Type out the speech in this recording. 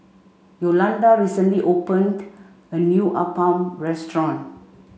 Yolanda recently opened a new Appam restaurant